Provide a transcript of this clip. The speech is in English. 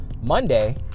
Monday